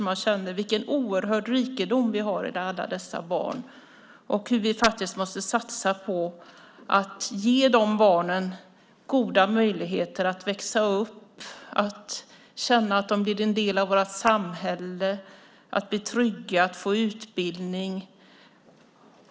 Jag kände vilken oerhörd rikedom vi har i alla dessa barn, och att vi faktiskt måste satsa på att ge dem goda möjligheter att växa upp och känna att de blir en del av vårt samhälle, blir trygga och får utbildning.